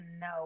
no